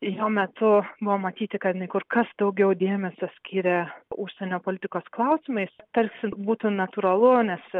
jo metu buvo matyti kad jinai kur kas daugiau dėmesio skiria užsienio politikos klausimais tarsi būtų natūralu nes